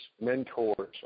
mentors